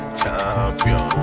Champion